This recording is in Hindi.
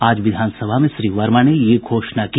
आज विधानसभा में श्री वर्मा ने यह घोषणा की